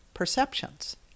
perceptions